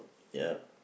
ya